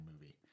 movie